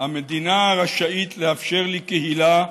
"המדינה רשאית לאפשר לקהילה,